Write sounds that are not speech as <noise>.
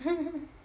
<laughs>